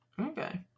Okay